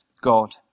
God